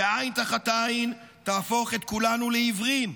שעין תחת עין תהפוך את כולנו לעיוורים.